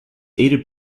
aided